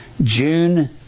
June